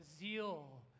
zeal